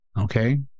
okay